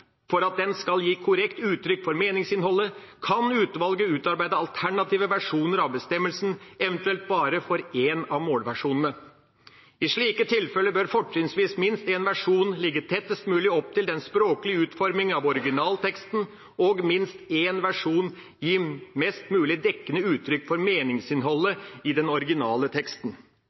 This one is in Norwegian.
for at den skal gi korrekt uttrykk for meningsinnholdet, kan utvalget utarbeide alternative versjoner av bestemmelsen, eventuelt bare for én av målversjonene. I slike tilfeller bør fortrinnsvis minst én versjon ligge tettest mulig opptil den språklige utformingen av originalteksten, og minst én versjon gi mest mulig dekkende uttrykk for meningsinnholdet i den originale teksten.